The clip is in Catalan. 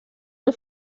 amb